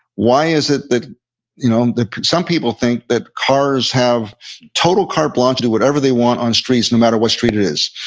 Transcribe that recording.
why is it that you know some some people think that cars have total carte blanche to do whatever they want on streets, no matter what street it is?